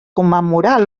commemorar